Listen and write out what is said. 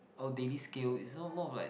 our daily scale isn't more of like